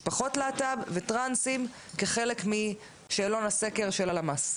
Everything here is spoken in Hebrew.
משפחות להט"ב וטרנסים כחלק משאלון הסקר של הלמ"ס?